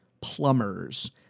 plumbers